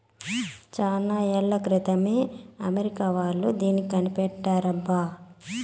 చానా ఏళ్ల క్రితమే అమెరికా వాళ్ళు దీన్ని కనిపెట్టారబ్బా